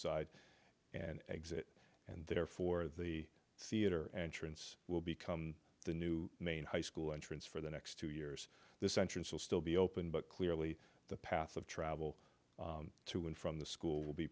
side and exit and therefore the theater and surance will become the new main high school entrance for the next two years this entrance will still be open but clearly the path of travel to and from the school will be